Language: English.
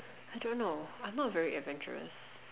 I don't know I'm not very adventurous